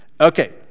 Okay